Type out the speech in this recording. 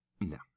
No